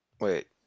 wait